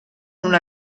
una